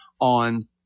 on